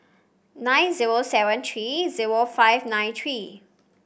nine zero seven three zero five nine three